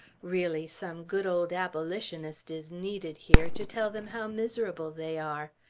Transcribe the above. really, some good old abolitionist is needed here, to tell them how miserable they are.